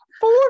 four